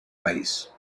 país